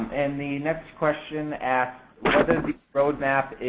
and the next question asks, what is the roadmap